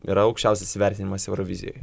yra aukščiausias įvertinimas eurovizijoj